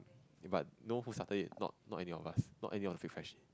but no who's after it not not any of us not any of fake freshie